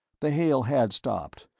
the hail had stopped,